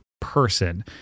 person